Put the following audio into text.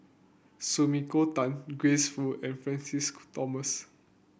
Sumiko Tan Grace Fu and Francis Thomas